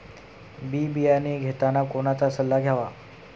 बी बियाणे घेताना कोणाचा सल्ला घ्यावा?